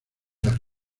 las